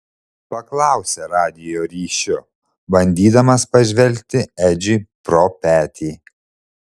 paklausė radijo ryšiu bandydamas pažvelgti edžiui pro petį